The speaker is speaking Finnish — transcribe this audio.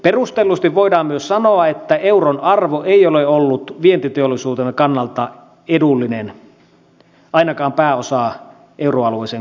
perustellusti voidaan myös sanoa että euron arvo ei ole ollut vientiteollisuuden kannalta edullinen ainakaan pääosaltaan euroalueeseen kuulumisen aikana